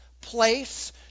place